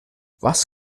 was